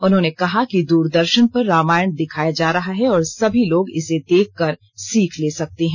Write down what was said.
उन्होंने कहा कि दूरदर्शन पर रामायण दिखाया जा रहा है और सभी लोग इसे देखकर सीख ले सकते हैं